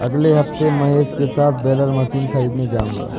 अगले हफ्ते महेश के साथ बेलर मशीन खरीदने जाऊंगा